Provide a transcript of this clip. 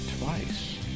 twice